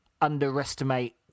underestimate